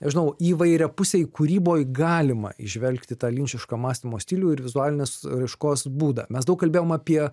nežinau įvairiapusėj kūryboj galima įžvelgti tą linčišką mąstymo stilių ir vizualinės raiškos būdą mes daug kalbėjom apie